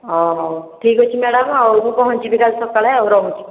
ଅ ହଉ ଠିକ୍ ଅଛି ମ୍ୟାଡ଼ାମ୍ ଆଉ ମୁଁ ପହଞ୍ଚିବି କାଲି ସକାଳେ ଆଉ ରହୁଛି